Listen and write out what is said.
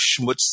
schmutz